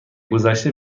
گذشته